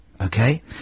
okay